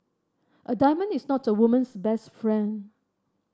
a diamond is not a woman's best friend